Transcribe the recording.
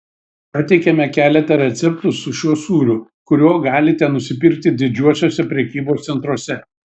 pateikiame keletą receptų su šiuo sūriu kurio galite nusipirkti didžiuosiuose prekybos centruose